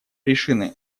решены